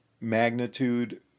magnitude